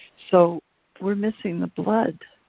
so we're missing the blood.